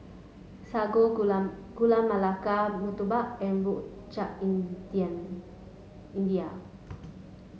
Sago Gula Gula Melaka Murtabak and Rojak Indian India